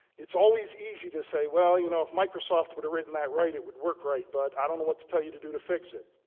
it's always easy to say, well, you know, if microsoft would have written that right it would work right but i don't know what to tell you to do to fix it.